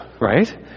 right